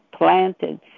planted